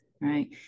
Right